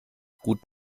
gut